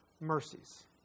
mercies